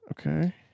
Okay